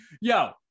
Yo